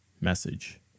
message